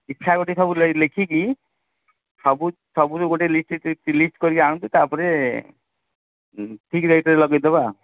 ଚିଠା ଗୋଟେ ସବୁ ଲେ ଲେଖିକି ସବୁ ସବୁରୁ ଗୋଟେ ଲିଷ୍ଟ୍ କରିକି ଆଣନ୍ତୁ ତାପରେ ଉଁ ଠିକ୍ ରେଟ୍ରେ ଲଗେଇ ଦେବା